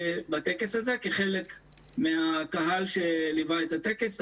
בקבוצות מסוימות כחלק מהקהל שליווה את הטקס.